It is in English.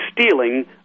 stealing